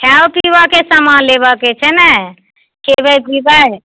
खायब पीबऽके समान लेबऽके छै ने खयबै पीबै